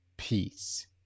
peace